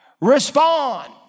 respond